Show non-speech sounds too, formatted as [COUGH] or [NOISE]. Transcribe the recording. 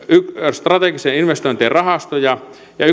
strategisten investointien rahastoja ja [UNINTELLIGIBLE]